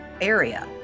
area